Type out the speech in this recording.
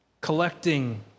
collecting